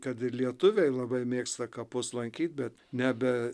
kad ir lietuviai labai mėgsta kapus lankyt bet nebe